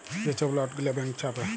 যে ছব লট গিলা ব্যাংক ছাপে